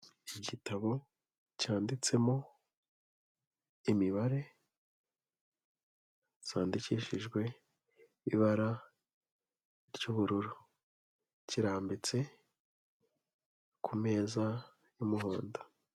Igitabo cyanditsemo imibare zandikishijwe ibara ry'ubururu, kirambitse ku meza y'umuhondo.